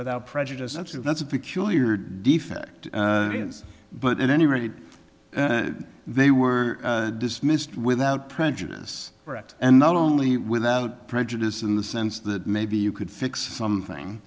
without prejudice actually that's a peculiar defect but at any rate they were dismissed without prejudice and not only without prejudice in the sense that maybe you could fix something